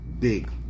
big